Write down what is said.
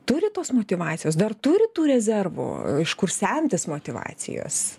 turi tos motyvacijos dar turi tų rezervų iš kur semtis motyvacijos